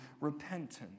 repentance